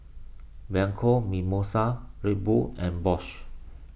Bianco Mimosa Red Bull and Bosch